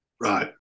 Right